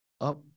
up